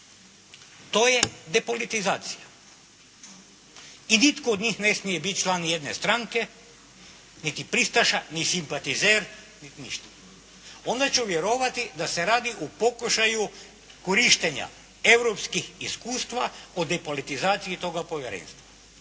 To je depolitizacija. I nitko od njih ne smije biti član ni jedne stranke, niti pristaša, ni simpatizer, niti ništa. Onda ću vjerovati da se radi o pokušaju korištenja Europskih iskustva o depolitizaciji toga povjerenstva.